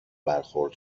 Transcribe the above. برخورد